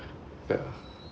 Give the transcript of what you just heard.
ya